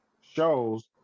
shows